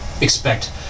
expect